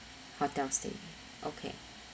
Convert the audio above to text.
hotel stay okay